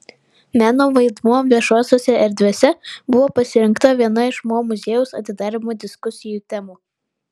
meno vaidmuo viešosiose erdvėse buvo pasirinkta viena iš mo muziejaus atidarymo diskusijų temų